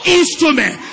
instrument